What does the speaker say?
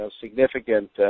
significant